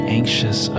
anxious